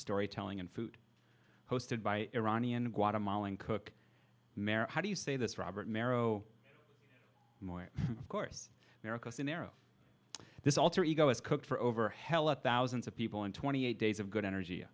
storytelling and food hosted by iranian guatemalan cook how do you say this robert mero of course miracle scenario this alter ego is cooked for over hell of thousands of people in twenty eight days of good energy